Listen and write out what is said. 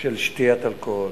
של שתיית אלכוהול.